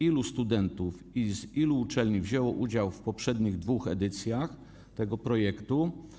Ilu studentów i z ilu uczelni wzięło udział w poprzednich dwóch edycjach tego projektu?